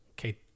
okay